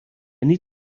need